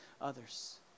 others